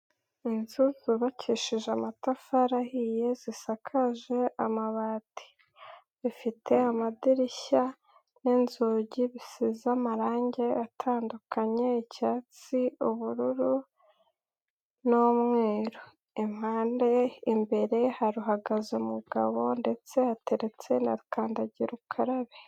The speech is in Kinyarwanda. Inzu zubakishije amatafari ahiye zisakaje amabati, zifite amadirishya n'inzugi bisize amarangi atandukanye icyatsi, ubururu, n'umweru. Impande imbere haruhagaze umugabo ndetse hateretse na kandagira ukarabe.